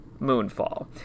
Moonfall